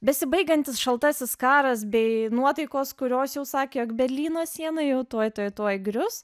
besibaigiantis šaltasis karas bei nuotaikos kurios jau sakė jog berlyno siena jau tuoj tuoj tuoj grius